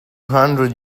hundred